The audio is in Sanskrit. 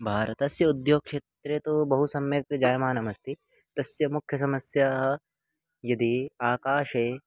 भारतस्य उद्योगक्षेत्रं तु बहु सम्यक् जायमानमस्ति तस्य मुख्या समस्या यदि आकाशे